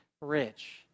rich